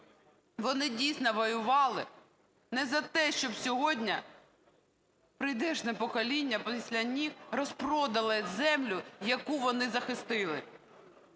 Вони дійсно воювали не за те, щоб сьогодні прийдешнє покоління після них розпродало землю, яку вони захистили.